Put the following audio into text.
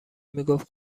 میگفت